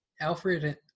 Alfred